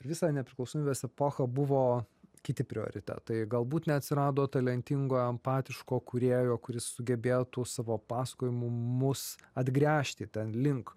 visą nepriklausomybės epochą buvo kiti prioritetai galbūt neatsirado talentingo empatiško kūrėjo kuris sugebėtų savo pasakojimu mus atgręžti ten link